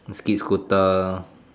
E scooter